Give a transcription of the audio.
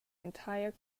entire